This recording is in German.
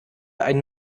ein